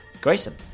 Grayson